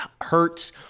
hurts